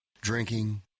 Drinking